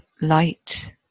light